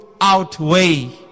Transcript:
outweigh